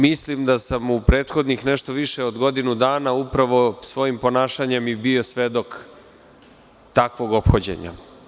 Mislim da sam u prethodnih nešto više od godinu dana upravo svojim ponašanjem i bio svedok takvog ophođenja.